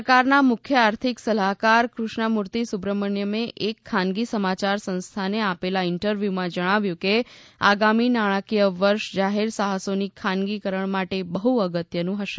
સરકારના મુખ્ય આર્થિક સલાહકાર કૃષ્ણમુર્તિ સુબ્રમણ્યમે એક ખાનગી સમાચાર સંસ્થાને આપેલા ઇન્ટરવ્યુમાં જણાવ્યું કે આગામી નાણાંકીય વર્ષ જાહેર ખાનગીકરણ માટે બહ્ અગત્યનું હશે